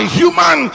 human